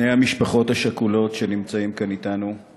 בני המשפחות השכולות שנמצאים כאן אתנו,